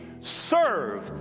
serve